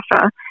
Russia